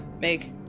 make